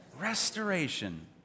Restoration